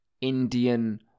Indian